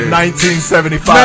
1975